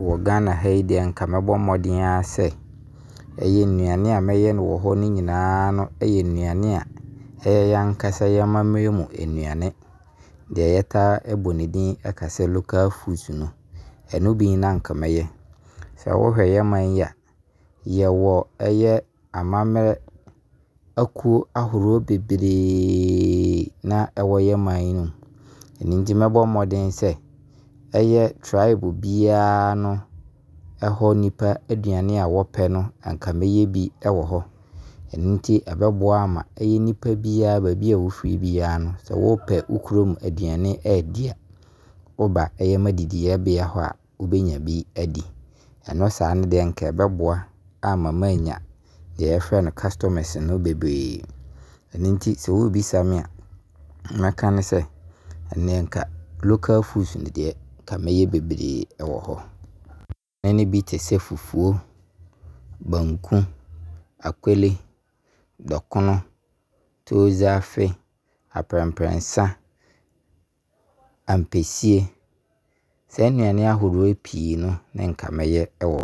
wɔ Ghana ha yi deɛ nka mɛbɔ mmɔden a sɛ, ɛyɛ nnuane anka mɛyɛ no wɔ hɔ no nyinaa no bɛyɛ nnuane a ɛyɛ yɛn ankasa y'amammerɛ mu nnuane. Deɛ yɛtaa ɛbɔ ne din ka sɛ ɛyɛ local foods no, ɛno bi ne ne nka mɛyɛ. Sɛ wo hwɛ yɛ man yi a, yɛwɔ ɛyɛ amammerɛ akuo ahoroɔ bebree na ɛwɔ yɛ man yi mu. Ɛno nti mɛbɔ mmɔden sɛ ɛyɛ tribe biara no hɔ nnipa aduane a wɔpɛ no anka mɛyɛ bi wɔ hɔ. Ɛno nti ɛbɛboa ama ɛyɛ nipa biara no, sɛ wo pɛ wo kurom aduane adi a, sɛ wo ba m'adidieɛbea hɔ a wobɛnya bi adi. Ɛno saa no deɛ nka ɛbɛboa ama manya deɛ yɛfrɛ no customers no bebree. Ɛno nti sɛ wo bisa me a, deɛ mɛka ne sɛ, ɛneɛ nka local foods deɛ, nka mɛyɛ bebree wɔ hɔ. Nnuane no bi te sɛ fufuo, banku, Akpele, Dɔkono, Tuozaafi, Aprɛnprɛnsa, Ampesi, saa nnuane ahoroɔ yi pii no ne nka mɛyɛ wɔ hɔ.